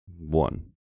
one